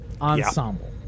Ensemble